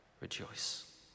rejoice